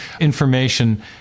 Information